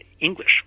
English